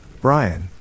Brian